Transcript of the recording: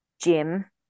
gym